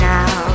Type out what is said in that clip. Now